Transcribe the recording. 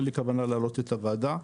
אין לי כוונה להלאות את הוועדה.